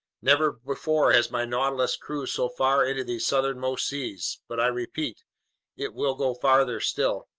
never before has my nautilus cruised so far into these southernmost seas, but i repeat it will go farther still.